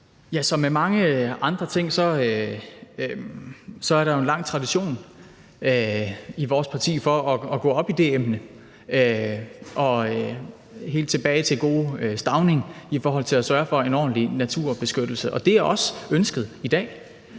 er med mange andre ting, er der jo en lang tradition i vores parti for at gå op i det emne – helt tilbage til gode Stauning i forhold til at sørge for en ordentlig naturbeskyttelse. Det er også ønsket i dag.